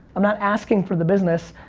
i'm not asking for the business,